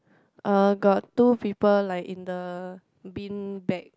got two people like in the bean bag